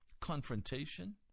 confrontation